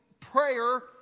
prayer-